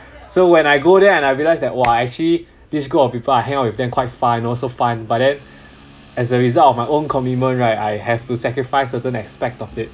so when I go there and I realised that !wah! actually this group of people I hang out with them quite fun also fun but then as a result of my own commitment right I have to sacrifice certain aspect of it